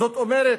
זאת אומרת,